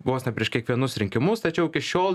vos ne prieš kiekvienus rinkimus tačiau iki šiol